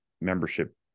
membership